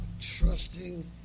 trusting